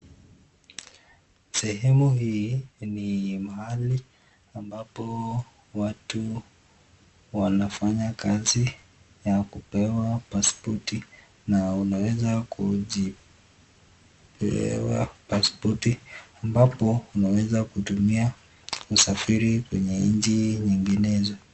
Sehemu hii ni mahali ambapo watu wanafanya kazi ya kupewa passpoti na unaweza kupewa passpoti ambapo unaweza kutumia kusafiri kwenye nchi nyinginezo.